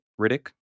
Riddick